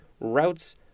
routes